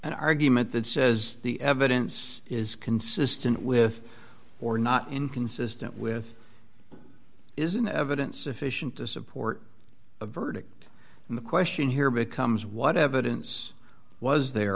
an argument that says the evidence is consistent with or not inconsistent with isn't evidence sufficient to support a verdict and the question here becomes what evidence was the